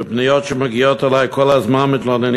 בפניות שמגיעות אלי כל הזמן מתלוננים